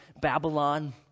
Babylon